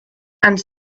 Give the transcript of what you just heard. and